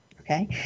Okay